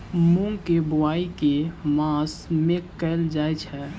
मूँग केँ बोवाई केँ मास मे कैल जाएँ छैय?